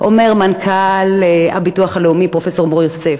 אומר מנכ"ל הביטוח הלאומי, פרופסור מור-יוסף,